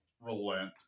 relent